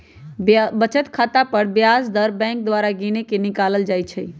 बचत खता पर ब्याज दर बैंक द्वारा गिनके निकालल जाइ छइ